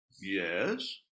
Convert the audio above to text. Yes